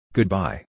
Goodbye